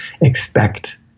expect